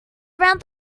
around